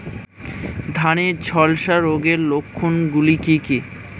ধানের ঝলসা রোগের লক্ষণগুলি কি কি?